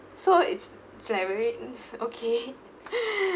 so it's okay